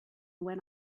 when